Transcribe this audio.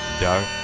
Dark